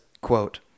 quote